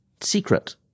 secret